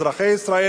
אזרחי ישראל